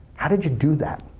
how did you do that?